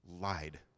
lied